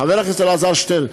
חבר הכנסת אלעזר שטרן,